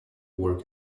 work